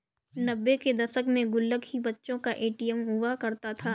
नब्बे के दशक में गुल्लक ही बच्चों का ए.टी.एम हुआ करता था